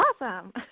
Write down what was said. Awesome